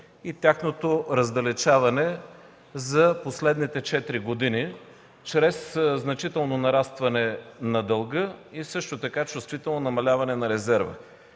и тяхното раздалечаване за последните четири години чрез значително нарастване на дълга и също така чувствително намаляване на резерва.